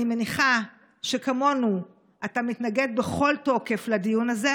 אני מניחה שכמונו אתה מתנגד בכל תוקף לדיון הזה.